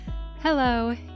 Hello